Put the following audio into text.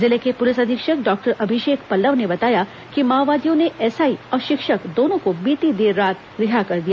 जिले के पुलिस अधीक्षक डॉक्टर अभिषेक पल्लव ने बताया कि माओवादियों ने एसआई और शिक्षक दोनों को बीती देर रात रिहा कर दिया